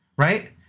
Right